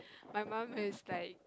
my mum is like